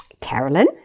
Carolyn